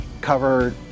cover